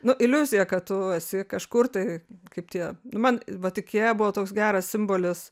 nu iliuzija kad tu esi kažkur tai kaip tie nu man vat ikėja buvo toks geras simbolis